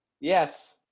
Yes